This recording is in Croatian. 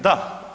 Da.